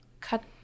cut